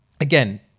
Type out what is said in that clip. again